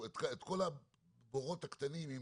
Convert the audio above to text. אם אלה שקלים בודדים,